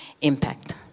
impact